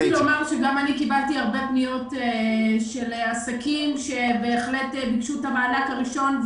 אני קיבלתי הרבה פניות של עסקים שביקשו את המענק הראשון,